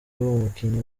umukinnyi